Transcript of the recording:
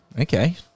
okay